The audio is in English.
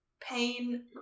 Pain